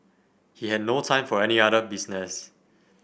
he had no time for any other business